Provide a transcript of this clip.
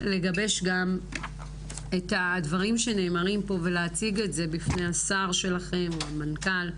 לגבש גם את הדברים שנאמרים פה ולהציג את זה בפני שר שלכם או המנכ"ל,